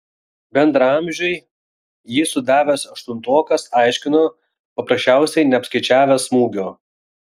bendraamžiui jį sudavęs aštuntokas aiškino paprasčiausiai neapskaičiavęs smūgio